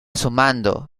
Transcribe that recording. sumando